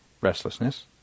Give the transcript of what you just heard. restlessness